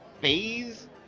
phase